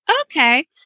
okay